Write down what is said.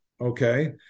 okay